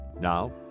Now